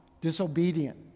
disobedient